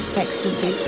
ecstasy